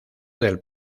del